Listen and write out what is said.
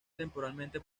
temporalmente